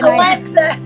Alexa